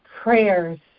prayers